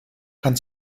kann